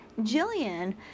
Jillian